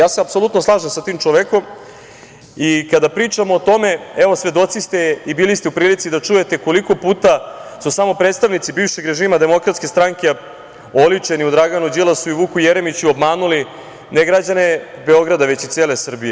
Apsolutno se slažem sa tim čovekom i kada pričamo o tome, evo, svedoci ste i bili ste u prilici da čujete koliko puta su samo predstavnici bivšeg režima DS, oličeni u Draganu Đilasu i Vuku Jeremiću, obmanuli ne građane Beograda, već i cele Srbije.